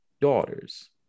daughters